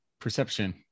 perception